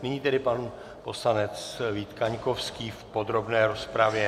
Nyní tedy pan poslanec Vít Kaňkovský v podrobné rozpravě.